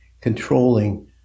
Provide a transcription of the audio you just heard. controlling